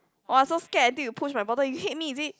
!wah! so scared until you push my bottle you hit me is it